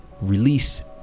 release